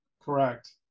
Correct